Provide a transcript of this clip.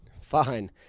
Fine